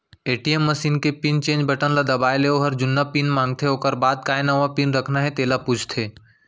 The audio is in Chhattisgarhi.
ए.टी.एम मसीन के पिन चेंज बटन ल दबाए ले ओहर जुन्ना पिन मांगथे ओकर बाद काय नवा पिन रखना हे तेला पूछथे